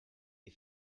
des